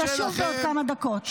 תשוב בעוד כמה דקות.